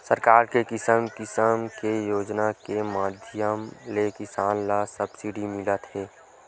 सरकार के किसम किसम के योजना के माधियम ले किसान ल सब्सिडी मिलत हे